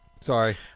sorry